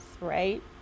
right